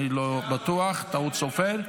טעות סופר,